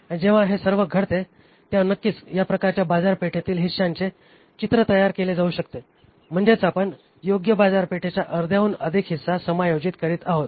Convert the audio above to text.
आणि जेव्हा हे सर्व घडते तेव्हा नक्कीच या प्रकारचे बाजारपेठेतील हिश्श्याचे चित्र तयार केले जाऊ शकते म्हणजेच आपण योग्य बाजारपेठेच्या अर्ध्याहून अधिक हिस्सा समायोजित करीत आहोत